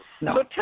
No